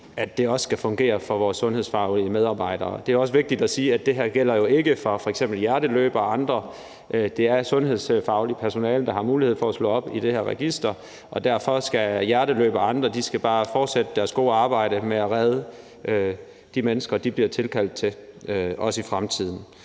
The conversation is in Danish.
det også skal fungere for vores sundhedsfaglige medarbejdere. Det er også vigtigt at sige, at det her jo ikke gælder for f.eks. hjerteløbere og andre; det er sundhedsfagligt personale, der har mulighed for at slå op i det her register, og derfor skal hjerteløbere og andre bare fortsætte deres gode arbejde med at redde de mennesker, som de bliver tilkaldt til, også i fremtiden.